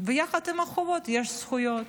וביחד עם החובות יש זכויות.